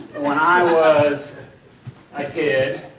when i was a kid,